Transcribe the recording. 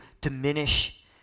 diminish